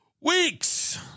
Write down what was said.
weeks